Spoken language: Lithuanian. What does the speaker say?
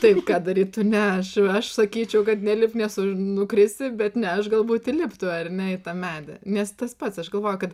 taip ką daryt tu ne aš aš sakyčiau kad nelipt nes nukrisi bet ne aš galbūt įliptų ar ne į tą medį nes tas pats aš galvoju kad